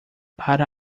para